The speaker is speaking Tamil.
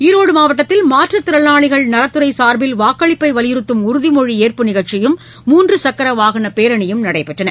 ஈரோடுமாவட்டத்தில் மாற்றுத் திறனாளிகள் நலத்துறைசார்பில் வாக்களிப்பைவலியுறுத்தும் உறுதிமொழிஏற்பு நிகழ்ச்சியும் மூன்றுசக்கரவாகனபேரணியும் நடைபெற்றது